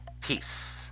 peace